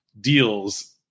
deals